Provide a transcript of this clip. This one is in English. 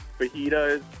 fajitas